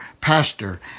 pastor